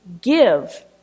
give